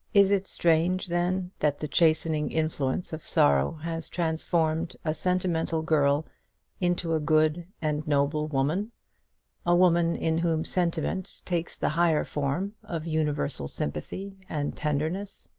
is it strange, then, that the chastening influence of sorrow has transformed a sentimental girl into a good and noble woman a woman in whom sentiment takes the higher form of universal sympathy and tenderness?